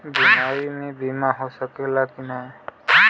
बीमारी मे बीमा हो सकेला कि ना?